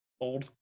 old